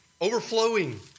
overflowing